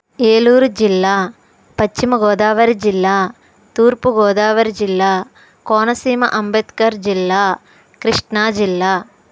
ఏలూరు జిల్లా పశ్చిమగోదావరి జిల్లా తూర్పుగోదావరి జిల్లా కోనసీమ అంబేద్కర్ జిల్లా కృష్ణా జిల్లా